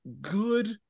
good